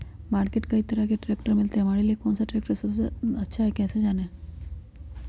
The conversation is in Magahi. मार्केट में कई तरह के ट्रैक्टर मिलते हैं हमारे लिए कौन सा ट्रैक्टर सबसे अच्छा है कैसे जाने?